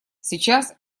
сейчас